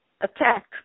Attack